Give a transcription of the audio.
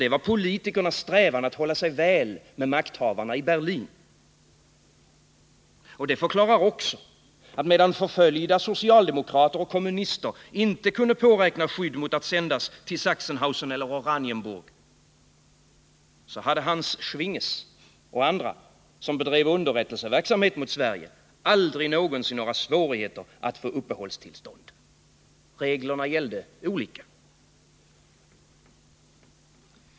Det var politikernas strävan att hålla sig väl med makthavarna i Berlin. Det förklarar också att medan förföljda socialdemokrater och kommunister inte kunde påräkna skydd mot att sändas till Sachsenhausen eller Oranienburg, så hade Hans Schwinges och andra som bedrev underrättelseverksamhet mot Sverige aldring någonsin några svårigheter att få uppehållstillstånd. Reglerna gällde olika.